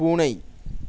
பூனை